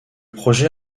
projet